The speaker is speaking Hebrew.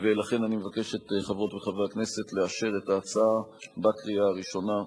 ולכן אני מבקש מאת חברות וחברי הכנסת לאשר את ההצעה בקריאה ראשונה.